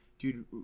Dude